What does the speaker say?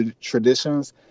traditions